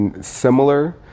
similar